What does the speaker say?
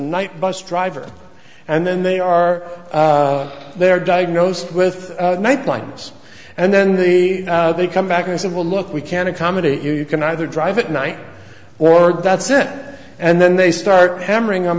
night bus driver and then they are there diagnosed with night blindness and then the they come back and said well look we can accommodate you you can either drive at night or that's it and then they start hammering